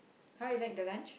how you like the lunch